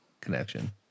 connection